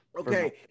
okay